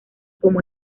como